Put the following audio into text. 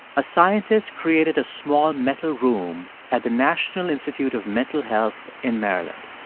a scientist created a small metal room at the national institute of mental health in maryland.